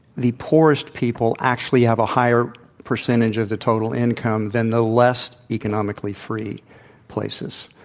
the poorest people actually have a higher percentage of the total income than the less economically free places.